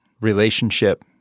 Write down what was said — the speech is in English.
relationship